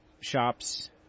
shops